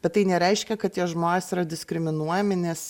bet tai nereiškia kad tie žmonės yra diskriminuojami nes